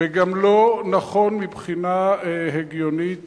וגם לא נכון מבחינה הגיונית